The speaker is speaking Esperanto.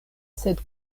sed